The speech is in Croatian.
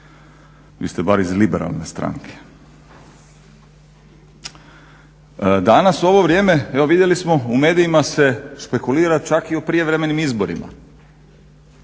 Vi ste bar iz liberalne stranke. Danas u ovo vrijeme evo vidjeli u medijima se špekulira čak i prijevremenim izborima,